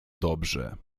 dobrze